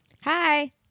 Hi